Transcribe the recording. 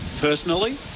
personally